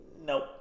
nope